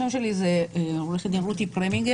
השם שלי זה עורכת דין רות פרמינגר,